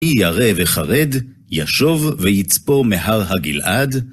מי ירא וחרד ישב ויצפר מהר הגלעד